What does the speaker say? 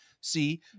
see